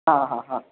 हां हां हां